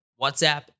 WhatsApp